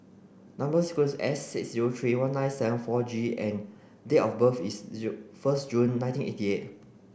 number sequence is S six zero three one nine seven four G and date of birth is zero first June nineteen eighty eight